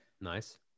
Nice